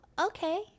okay